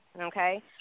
Okay